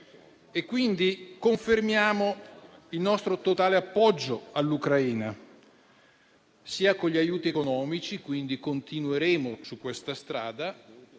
quindi il nostro totale appoggio all'Ucraina, sia con gli aiuti economici (quindi continueremo su questa strada),